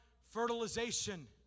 fertilization